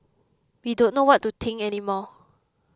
we don't know what to think any more